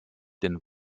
den